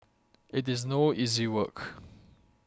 it is no easy work